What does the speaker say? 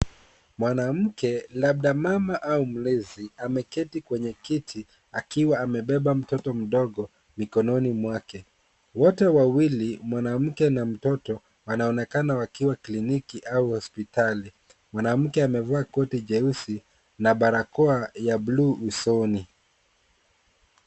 Mwanamke labda mama au mlezi ameketi kwenye kiti akiwa amebeba mtoto mdogo mikononi mwake. Wote wawili mwanamke na mtoto, wanaonekana wakiwa kliniki au hospitali. Mwanamke amevaa koti jeusi na barakoa ya bluu usoni.